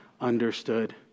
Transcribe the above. understood